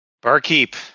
Barkeep